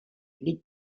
les